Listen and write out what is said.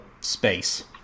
space